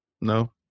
No